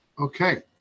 Okay